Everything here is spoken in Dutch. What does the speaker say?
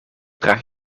draag